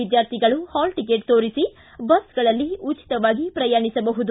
ವಿದ್ಯಾರ್ಥಿಗಳು hall ticket ತೋರಿಸಿ ಬಸ್ಗೆಗಳಲ್ಲಿ ಉಚಿತವಾಗಿ ಪ್ರಯಾಣಿಸಬಹುದು